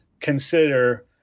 consider